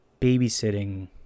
babysitting